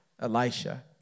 Elisha